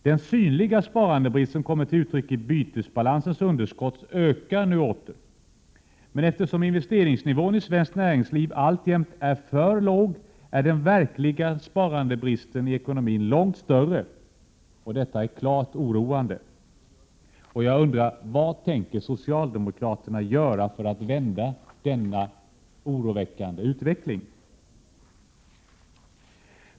Den synliga sparandebrist som kommer till uttryck i bytesbalansens underskott ökar nu åter. Men eftersom investeringsnivån i svenskt näringsliv alltjämt är för låg, är den verkliga sparandebristen i ekonomin långt större. Detta är klart oroande. Vad tänker socialdemokraterna göra för att vända denna oroväckande utveckling?